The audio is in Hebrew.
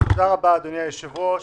אדוני היושב ראש,